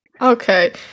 Okay